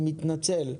אני מתנצל.